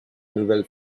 nouvelle